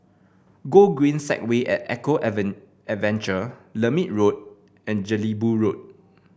Gogreen Segway at Eco Adventure Lermit Road and Jelebu Road